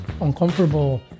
uncomfortable